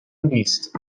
نیست